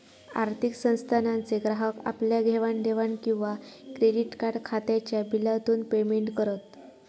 आर्थिक संस्थानांचे ग्राहक आपल्या घेवाण देवाण किंवा क्रेडीट कार्ड खात्याच्या बिलातून पेमेंट करत